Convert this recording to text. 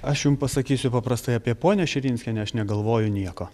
aš jum pasakysiu paprastai apie ponią širinskienę aš negalvoju nieko